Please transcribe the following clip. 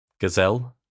Gazelle